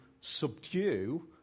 subdue